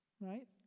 right